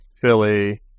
Philly